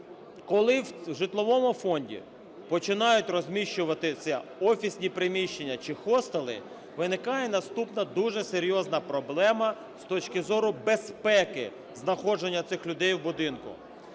коли в житловому фонді починають розміщуватися офісні приміщення чи хостели, виникає наступна дуже серйозна проблема з точки зору безпеки знаходження цих людей в будинку.